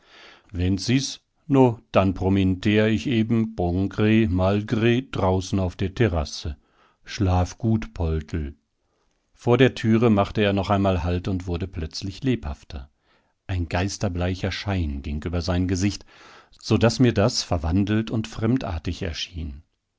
wenn's is no dann prominter ich eben bon gr mal gr draußen auf der terrasse schlaf gut poldl vor der türe machte er noch einmal halt und wurde plötzlich lebhafter ein geisterbleicher schein ging über sein gesicht so daß mir das verwandelt und fremdartig erschien